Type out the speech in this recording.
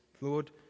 Lord